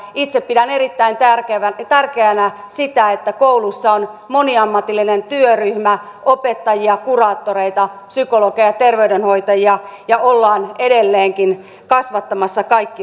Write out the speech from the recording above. itse pidän erittäin tärkeänä sitä että koulussa on moniammatillinen työryhmä opettajia kuraattoreita psykologeja ja terveydenhoitajia ja ollaan edelleenkin kasvattamassa kaikki lapsia